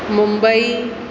Mumbai